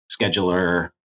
scheduler